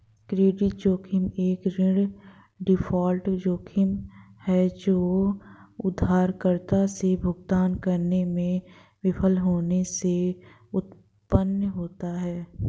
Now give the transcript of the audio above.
credit जोखिम एक ऋण डिफ़ॉल्ट जोखिम है जो उधारकर्ता से भुगतान करने में विफल होने से उत्पन्न होता है